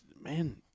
man